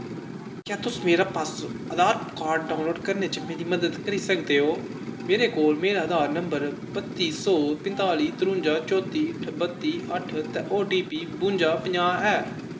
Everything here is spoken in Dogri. क्या तुस मेरा आधार कार्ड डाउनलोड करने च मेरी मदद करी सकदे ओ मेरे कोल मेरा आधार नंबर बत्ती सौ पंताली त्रुंजा चौती बत्ती अट्ठ ते ओ टी पी बुंजा पंजाह् ऐ